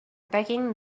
taking